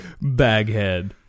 baghead